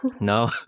No